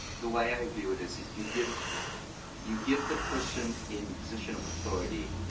the way i viewed is you give you give the person in position of authority,